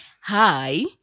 Hi